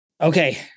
Okay